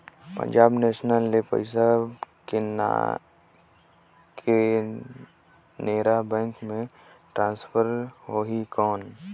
Punjab national ले पइसा Canara bank मे ट्रांसफर होहि कौन?